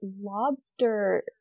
lobster